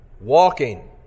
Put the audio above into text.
walking